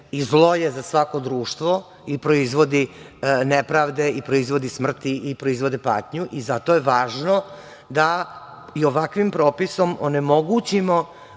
i zlo je za svako društvo i proizvodi nepravde i smrti i proizvodi patnju. Zato je važno da i ovakvim propisom onemogućimo